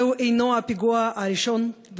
זה איננו הפיגוע הראשון,